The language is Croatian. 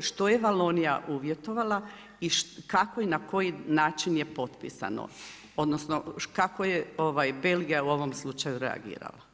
što je Valonija uvjetovala i kako na koji način je potpisano, odnosno kako je Belgija u ovom slučaju reagirala.